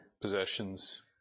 possessions